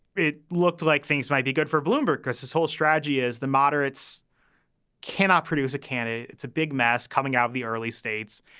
it looked like things might be good for bloomberg because his whole strategy is the moderates cannot produce a candidate. it's a big mass coming out of the early states.